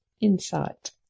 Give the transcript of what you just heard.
insight